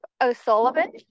O'Sullivan